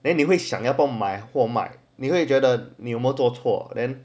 then 你会想要不要买和要不要卖你会觉得做错 then